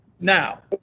now